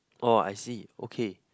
oh I see okay